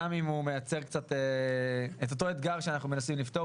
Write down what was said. גם אם הוא מייצר קצת את אותו אתגר שאנחנו מנסים לפתור.